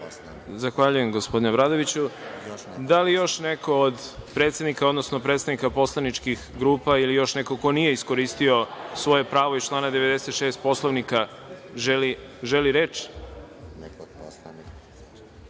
Zahvaljujem, gospodine Obradoviću. Da li još neko od predsednika, odnosno predstavnika poslaničkih grupa, ili još neko ko nije iskoristio svoje pravo iz člana 96. Poslovnika, želi reč? Reč